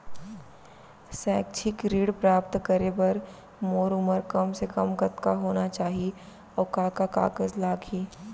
शैक्षिक ऋण प्राप्त करे बर मोर उमर कम से कम कतका होना चाहि, अऊ का का कागज लागही?